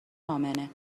امنه